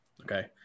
Okay